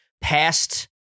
past